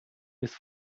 ist